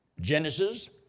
Genesis